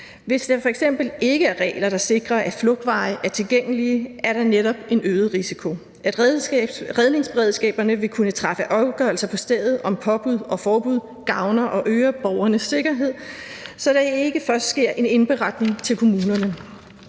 Hvis der f.eks. ikke er regler, der sikrer, at flugtveje er tilgængelige, er der netop en øget risiko. At redningsberedskaberne vil kunne træffe afgørelser på stedet om påbud og forbud, gavner og øger borgernes sikkerhed, så der ikke først sker en indberetning til kommunerne,